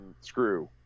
screw